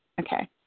Okay